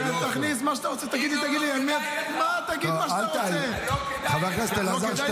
עם הרבה כבוד.